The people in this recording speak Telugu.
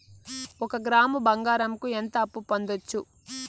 ఒక గ్రాము బంగారంకు ఎంత అప్పు పొందొచ్చు